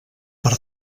per